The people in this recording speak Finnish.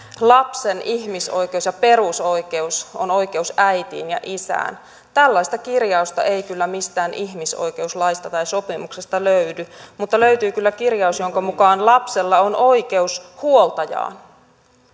lapsen ihmisoikeus ja perusoikeus on oikeus äitiin ja isään tällaista kirjausta ei kyllä mistään ihmisoikeuslaista tai sopimuksesta löydy mutta löytyy kyllä kirjaus jonka mukaan lapsella on oikeus huoltajaan